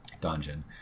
dungeon